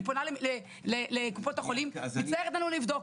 אני פונה לקופות החולים 'אין לנו איך לבדוק'.